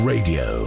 Radio